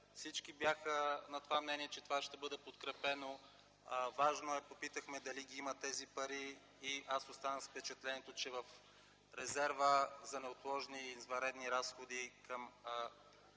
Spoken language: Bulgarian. Всички бяха на това мнение, че това ще бъде подкрепено, важно е. Попитахме дали ги има тези пари и аз останах с впечатлението, че в резерва за неотложни извънредни разходи към